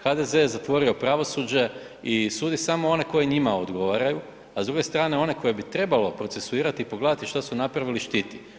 HDZ je zatvorio pravosuđe i sudi samo one koji njima odgovaraju, a s druge strane, one koje bi trebalo procesuirati i pogledati što su napravili, štiti.